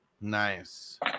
Nice